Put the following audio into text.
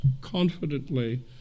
confidently